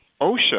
OSHA